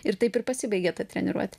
ir taip ir pasibaigė ta treniruotė